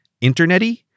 internet-y